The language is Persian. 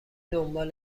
دنبال